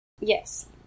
Yes